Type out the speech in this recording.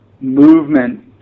movement